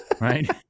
right